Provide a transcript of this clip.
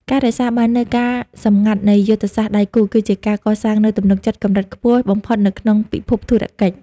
ការរក្សាបាននូវ "ការសម្ងាត់នៃយុទ្ធសាស្ត្រដៃគូ" គឺជាការកសាងនូវទំនុកចិត្តកម្រិតខ្ពស់បំផុតនៅក្នុងពិភពធុរកិច្ច។